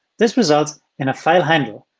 this results in a file handler.